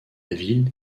ville